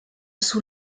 sous